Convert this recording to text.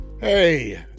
Hey